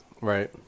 Right